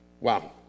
Wow